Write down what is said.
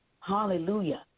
hallelujah